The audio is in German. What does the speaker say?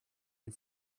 die